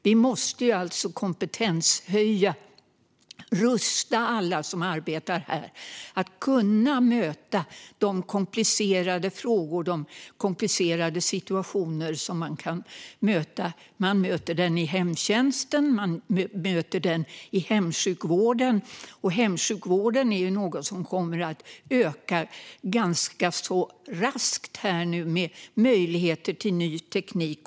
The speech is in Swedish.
Vi måste kompetenshöja och rusta alla som arbetar här att möta de komplicerade frågorna och situationerna. De finns i hemtjänsten och i hemsjukvården. Hemsjukvård kommer att öka raskt med möjligheter till ny teknik.